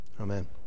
Amen